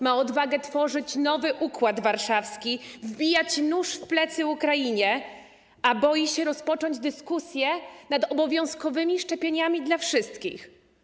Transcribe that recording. Ma odwagę tworzyć nowy Układ Warszawski, wbijać nóż w plecy Ukrainie, a boi się rozpocząć dyskusję nad obowiązkowymi szczepieniami dla wszystkich.